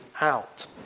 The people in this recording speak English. out